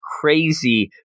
crazy